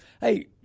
Hey